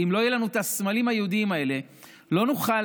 ואם לא יהיו לנו הסמלים היהודיים האלה לא נוכל